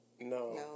No